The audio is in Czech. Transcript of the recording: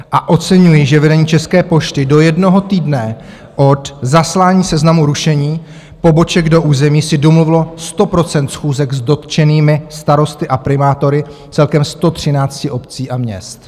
A oceňuji, že vedení České pošty do jednoho týdne od zaslání seznamu rušení poboček do území si domluvilo sto procent schůzek s dotčenými starosty a primátory celkem 113 obcí a měst.